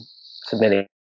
submitting